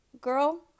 girl